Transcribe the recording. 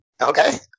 Okay